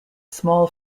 small